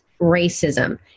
racism